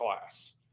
class